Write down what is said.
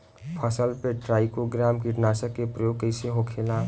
फसल पे ट्राइको ग्राम कीटनाशक के प्रयोग कइसे होखेला?